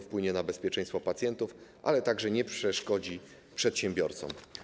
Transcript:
Wpłynie na bezpieczeństwo pacjentów, ale nie przeszkodzi przedsiębiorcom.